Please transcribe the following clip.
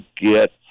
get